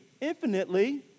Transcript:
infinitely